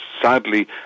sadly